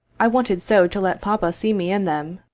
i wanted so to let papa see me in them.